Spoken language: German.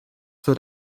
wird